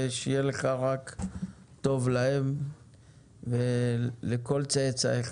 ושיהיה לך רק טוב להם ולכל צאצאיך,